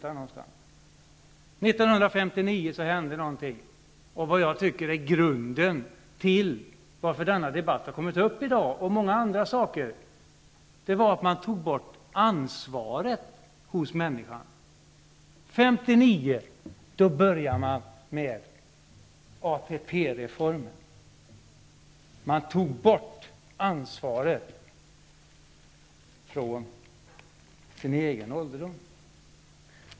År 1959 hände någonting, det som jag tycker är grunden till att denna debatt har kommit upp i dag och till många andra saker. Det som hände då var att man tog bort ansvaret hos människan. År 1959 började man med ATP-reformen. Man tog bort människors ansvar för sin egen ålderdom.